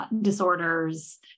disorders